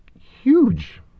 huge